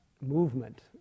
movement